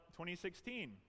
2016